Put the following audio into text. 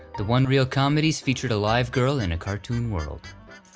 the one-reel comedies featured a live girl in a cartoon world.